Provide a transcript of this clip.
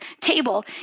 table